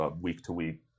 week-to-week